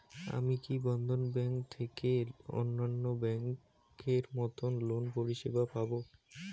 আমি কি বন্ধন ব্যাংক থেকে অন্যান্য ব্যাংক এর মতন লোনের পরিসেবা পাব?